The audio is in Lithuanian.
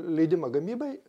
leidimą gamybai